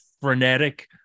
frenetic